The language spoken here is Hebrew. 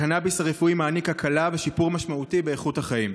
הקנאביס הרפואי מעניק הקלה ושיפור משמעותי של איכות החיים.